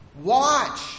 Watch